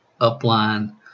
upline